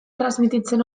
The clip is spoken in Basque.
transmititzen